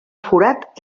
forat